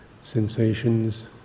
sensations